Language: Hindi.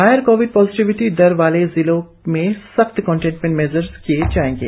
हायर कोविड पॉजिटिविटी दर वाले जिलों में सख्त कंटेनमेंट मेजर्स किए जाएंगे